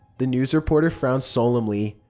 the news reporter frowned solemnly.